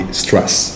stress